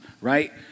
right